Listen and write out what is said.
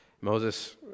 Moses